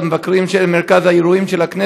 זה אושר על ידי מרכז המבקרים של מרכז האירועים של הכנסת.